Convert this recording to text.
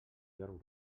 jorn